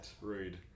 Rude